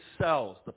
cells